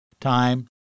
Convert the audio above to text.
time